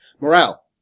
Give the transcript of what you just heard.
Morale